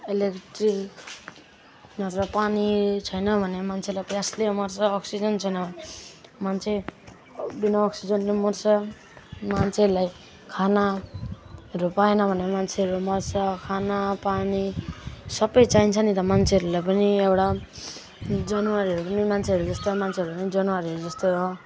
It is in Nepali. अहिले ट्री नत्र पानी छैन भने मान्छेलाई प्यासले मर्छ अक्सिजन छैन मान्छे बिना अक्सिजनले मर्छ मान्छेहरूलाई खानाहरू पाएन भने मान्छेहरू मर्छ खाना पानी सबै चाहिन्छ नि त मान्छेहरूलाई पनि एउटा जनावरहरू पनि मान्छेहरू जस्तै मान्छेहरू पनि जनवारहरू जस्तै हो